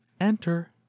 Enter